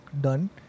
done